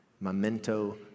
memento